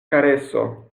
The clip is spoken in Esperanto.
kareso